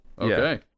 okay